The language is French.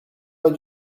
pas